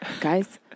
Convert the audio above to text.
Guys